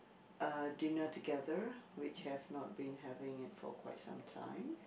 uh dinner together which have not been having at for quite some time